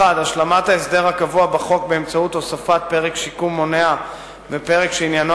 1. השלמת ההסדר הקבוע בחוק באמצעות הוספת פרק שיקום מונע ופרק שעניינו